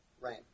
Right